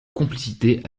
complicité